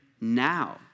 now